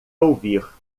ouvir